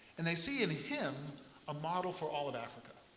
and they see in him a model for all of africa.